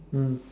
mm